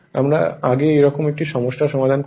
আমরা আগে এইরকম একটি সমস্যার সমাধান করেছি